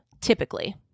typically